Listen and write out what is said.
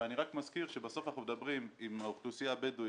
אני רק מזכיר שבסוף אנחנו מדברים עם האוכלוסייה הבדואית,